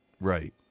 right